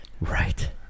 right